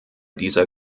dieser